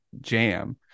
jam